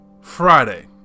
Friday